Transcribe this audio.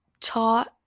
taught